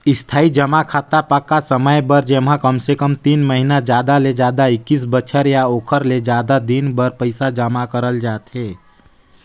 इस्थाई जमा खाता पक्का समय बर जेम्हा कमसे कम तीन महिना जादा ले जादा एक्कीस बछर या ओखर ले जादा दिन बर पइसा जमा करल जाथे